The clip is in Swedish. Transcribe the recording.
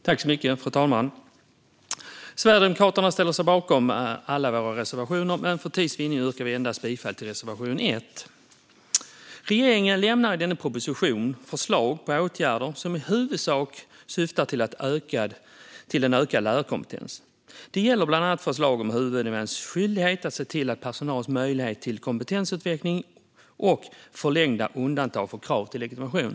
Fru talman! Sverigedemokraterna ställer sig bakom alla våra reservationer, men för tids vinning yrkar vi bifall endast till reservation 1. Regeringen lämnar i denna proposition förslag på åtgärder som i huvudsak syftar till ökad lärarkompetens. Det gäller bland annat förslag om huvudmäns skyldighet att se till att all personal har möjlighet till kompetensutveckling och om förlängda undantag från krav på legitimation.